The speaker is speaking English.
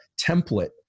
template